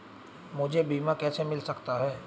मुझे बीमा कैसे मिल सकता है?